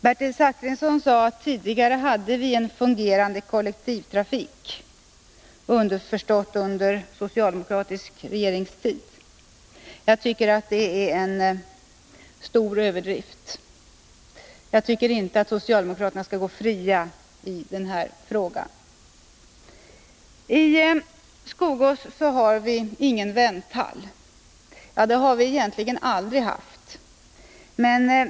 Bertil Zachrisson sade att vi tidigare hade en fungerande kollektivtrafik — underförstått under socialdemokratisk regeringstid. Jag tycker att det är en stor överdrift. Jag tycker inte att socialdemokraterna skall gå fria i den här frågan. I Skogås har vi ingen vänthall — ja, det har vi egentligen aldrig haft.